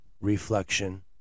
reflection